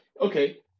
Okay